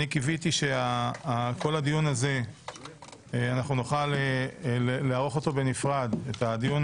אני קיוויתי שאת כל הדיון הזה נוכל לערוך בנפרד את הדיון